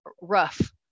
rough